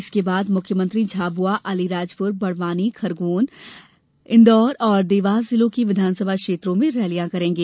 इसके बाद मुख्यमंत्री झाबुआ अलीराजपुर बडवानी खरगोन इन्दौर और देवास जिलों की विधानसभा क्षेत्रों में रैलियां करेंगे